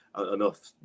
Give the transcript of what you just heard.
Enough